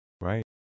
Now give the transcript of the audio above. Right